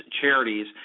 charities